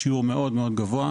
זה שיעור מאוד מאוד גבוה.